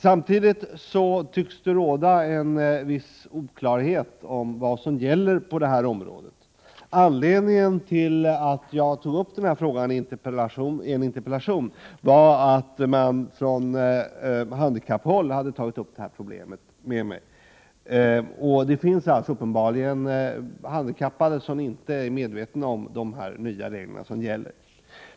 Samtidigt tycks det råda en viss oklarhet om vad som gäller på det här området. Anledningen till att jag tog upp denna fråga i en interpellation var att man hade tagit upp problemet från handikapphåll med mig. Det finns alldeles uppenbart handikappade som inte är medvetna om de nya regler som gäller.